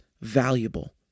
valuable